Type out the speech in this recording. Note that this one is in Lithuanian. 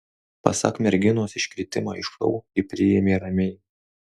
pasak merginos iškritimą iš šou ji priėmė ramiai